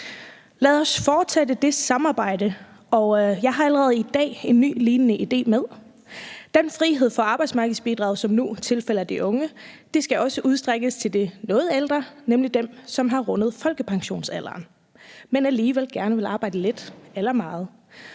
Lad os fortsætte det samarbejde, og jeg har allerede i dag en ny, lignende idé med. Den frihed for arbejdsmarkedsbidrag, som nu tilfalder de unge, skal også udstrækkes til de noget ældre, nemlig dem, som har rundet folkepensionsalderen, men alligevel gerne vil arbejde lidt eller meget.